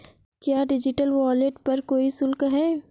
क्या digital wallet पर कोई शुल्क है?